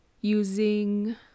using